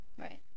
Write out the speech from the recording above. Right